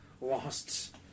lost